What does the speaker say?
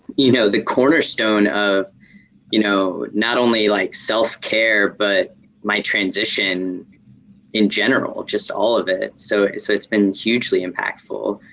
you know, the cornerstone of you know, not only like self care but my transition in general, just all of it. so so it's been hugely impactful.